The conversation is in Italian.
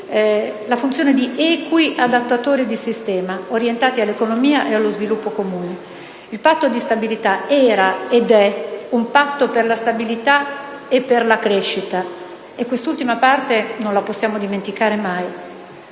la funzione di equi adattatori di sistema, orientati all'economia e allo sviluppo comuni. Il Patto di stabilità era, ed è, un patto per la stabilità e per la crescita. E quest'ultima parte non la possiamo dimenticare mai.